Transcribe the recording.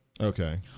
Okay